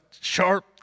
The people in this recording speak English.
sharp